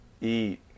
Eat